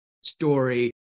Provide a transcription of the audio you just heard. story